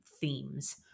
themes